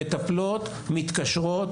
המטפלות מתקשרות.